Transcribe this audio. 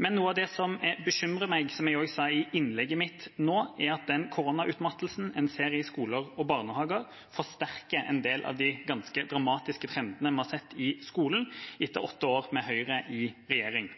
Men noe av det som bekymrer meg, som jeg også sa i innlegget mitt, er at den koronautmattelsen vi ser i skoler og barnehager, forsterker en del av de ganske dramatiske trendene vi har sett i skolen etter åtte år med Høyre i regjering.